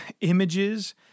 images